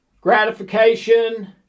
gratification